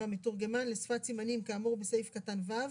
והמתורגמן לשפת סימנים כאמור בסעיף קטן (ו),